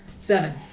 Seven